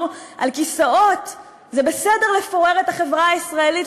על כיסאות זה בסדר לפורר את החברה הישראלית,